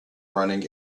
running